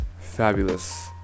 fabulous